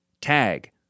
tag